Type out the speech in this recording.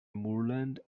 moorland